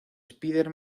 spider